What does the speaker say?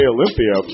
Olympia